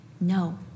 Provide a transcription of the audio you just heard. No